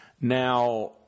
Now